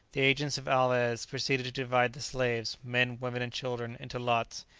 the agents of alvez proceeded to divide the slaves, men, women and children, into lots,